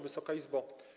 Wysoka Izbo!